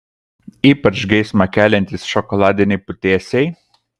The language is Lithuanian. ypač geismą keliantys šokoladiniai putėsiai